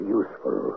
useful